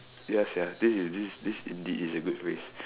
ya sia this indeed is a good phrase